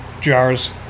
jars